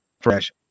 fresh